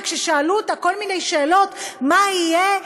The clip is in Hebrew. וכששאלו אותה כל מיני שאלות מה יהיה,